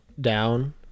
down